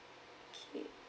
okay